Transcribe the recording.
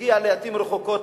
מגיע לעתים רחוקות